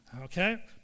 okay